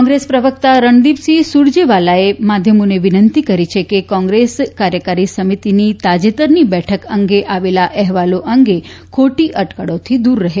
કોંગ્રેસ પ્રવકતા રણદીપસિંહ સૂરજેવાલાએ માધ્યમોને વિનંતી કરી છે કે કોંગ્રેસી કાર્યકારી સમિતિની તાજેતરની બેઠક અંગે આવેલા અહેવાલો અંગે ખોટી અટકળોથી દૂર રહે